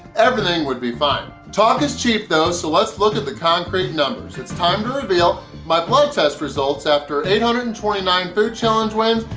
everything would be fine. talk is cheap though, so let's look at the concrete numbers. it's time to reveal my blood test results after eight hundred and twenty nine food challenge wins,